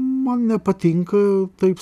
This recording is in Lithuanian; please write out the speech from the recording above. man nepatinka taip